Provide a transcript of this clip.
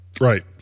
right